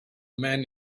men